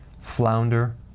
flounder